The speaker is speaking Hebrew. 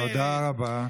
תודה רבה.